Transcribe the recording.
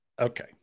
Okay